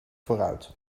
vooruit